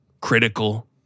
Critical